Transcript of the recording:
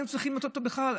היו צריכים אותו בכלל,